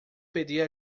pedir